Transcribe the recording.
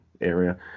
area